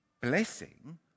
blessing